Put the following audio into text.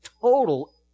total